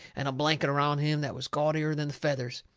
and a blanket around him that was gaudier than the feathers.